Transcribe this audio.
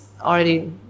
already